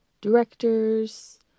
directors